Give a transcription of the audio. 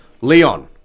Leon